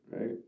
right